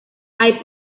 hay